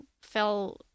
fell